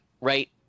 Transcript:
right